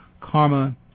karma